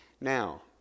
Now